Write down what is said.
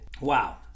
Wow